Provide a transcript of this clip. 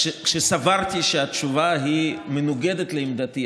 כשסברתי שהתשובה מנוגדת לעמדתי,